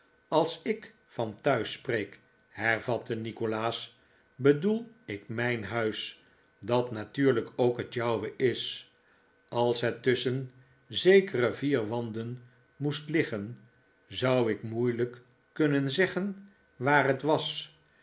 als ik van thuis spreek hervatte nikolaas bedoel ik mijn thuis dat natuurlijk ook het jouwe is als het tusschen zekere vier wanden moest liggen zou ik moeilijk kunnen zeggen waar het was